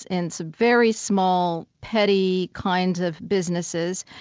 in some very small, petty kinds of businesses.